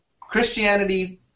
Christianity